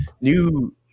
new